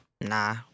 Nah